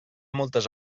moltes